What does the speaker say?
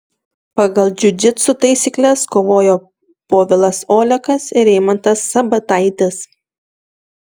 pagal džiudžitsu taisykles kovojo povilas olekas ir eimantas sabataitis